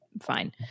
Fine